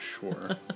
sure